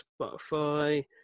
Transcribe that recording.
Spotify